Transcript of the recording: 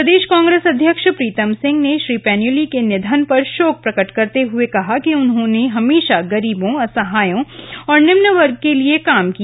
प्रदेश कांग्रेस अध्यक्ष प्रीतम सिंह ने श्री पैन्यूली के निधन पर शोक प्रकट करते हुए कहा कि उन्होने हमेशा गरीबों असहायों और निम्न वर्ग के लिये काम किया